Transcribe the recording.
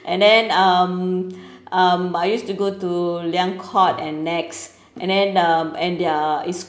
and then um um I used to go to liang court and nex and then um and their it's